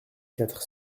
quatre